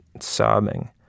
sobbing